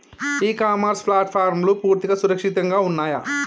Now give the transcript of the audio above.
ఇ commerce ప్లాట్ఫారమ్లు పూర్తిగా సురక్షితంగా ఉన్నయా?